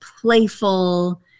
playful